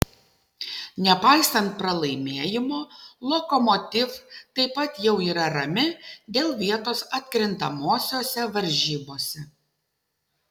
nepaisant pralaimėjimo lokomotiv taip pat jau yra rami dėl vietos atkrintamosiose varžybose